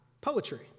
poetry